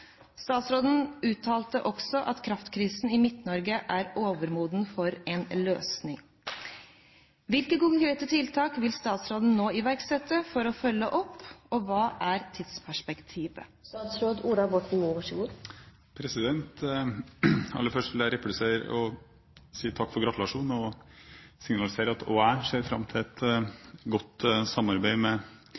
Statsråden uttalte også at kraftkrisen i Midt-Norge er overmoden for en løsning. Hvilke konkrete tiltak vil statsråden nå iverksette for å følge opp, og hva er tidsperspektivet?» Aller først vil jeg replisere og si takk for gratulasjonen. Jeg vil signalisere at også jeg ser fram til et godt samarbeid med